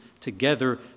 together